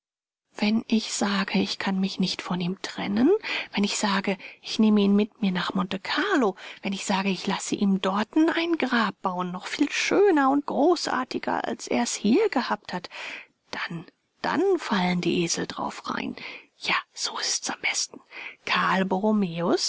wenn ich sage ich kann mich nicht von ihm trennen wenn ich sage ich nehme ihn mit mir nach monte carlo wenn ich sage ich lasse ihm dorten ein grab bauen noch viel schöner und großartiger als er's hier gehabt hat dann dann fallen die esel darauf rein ja so ist's am besten